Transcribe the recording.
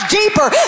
deeper